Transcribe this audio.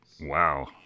Wow